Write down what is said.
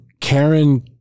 karen